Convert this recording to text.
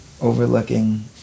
overlooking